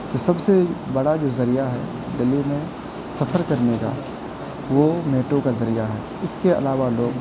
تو سب سے بڑا جو ذریعہ ہے دہلی میں سفر کرنے کا وہ میٹرو کا ذریعہ ہے اس کے علاوہ لوگ